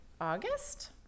August